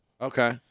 Okay